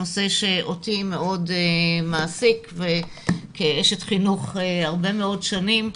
נושא שאותי מאוד מעסיק כאשת חינוך הרבה מאוד שנים,